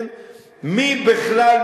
מי בכלל,